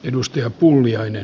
arvoisa puhemies